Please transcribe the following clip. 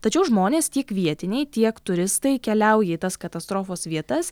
tačiau žmonės tiek vietiniai tiek turistai keliauja į tas katastrofos vietas